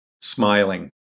smiling